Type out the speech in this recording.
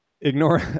Ignore